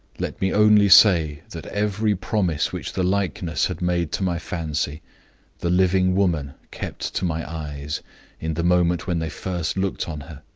let me only say that every promise which the likeness had made to my fancy the living woman kept to my eyes in the moment when they first looked on her.